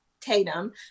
Tatum